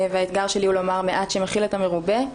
והאתגר שלי הוא לומר מעט שמכיל את המרובה.